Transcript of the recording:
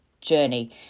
journey